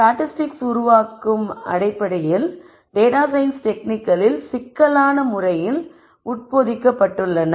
statistics உருவாக்கும் அடிப்படையில் data science டெக்னிக்களில் சிக்கலான முறையில் உட்பொதிக்கப்பட்டுள்ளன